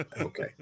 okay